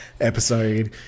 episode